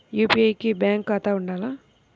UPI కి bank ఖాతా ఉండాల?